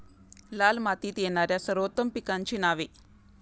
लाल मातीत येणाऱ्या सर्वोत्तम पिकांची नावे?